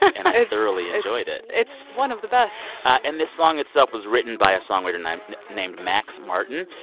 and i thoroughly enjoyed it it's one of the best and the song itself was written by a songwriter named named max martin.